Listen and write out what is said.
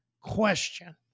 question